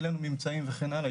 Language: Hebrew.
העלנו ממצאים וכן הלאה,